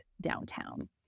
downtown